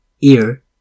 ear